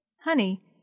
Honey